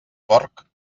porc